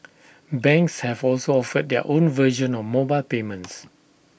banks have also offered their own version of mobile payments